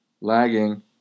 lagging